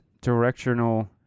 directional